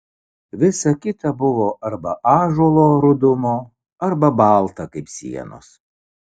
visa kita buvo arba ąžuolo rudumo arba balta kaip sienos